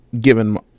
given